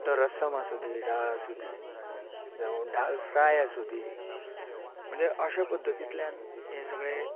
मागीर तो रस्सम आसूंदी डाळ आसूंदी जांव डाळ फ्राय आसुंदी म्हणजे अशें पद्दतीतल्यान हें सगळें